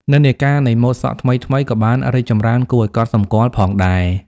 និន្នាការនៃម៉ូដសក់ថ្មីៗក៏បានរីកចម្រើនគួរឱ្យកត់សម្គាល់ផងដែរ។